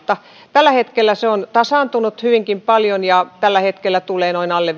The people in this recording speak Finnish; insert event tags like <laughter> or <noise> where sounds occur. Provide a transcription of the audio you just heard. tällä hetkellä se on tasaantunut hyvinkin paljon ja tällä hetkellä tulee varmasti alle <unintelligible>